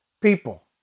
People